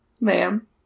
ma'am